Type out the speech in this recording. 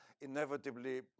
inevitably